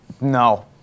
No